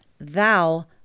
thou